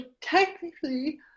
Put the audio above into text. technically